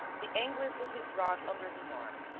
the angler put his rod under his arm,